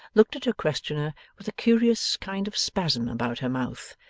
looked at her questioner, with a curious kind of spasm about her mouth,